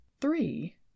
Three